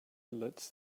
lets